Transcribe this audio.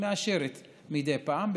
היא מאשרת מדי פעם,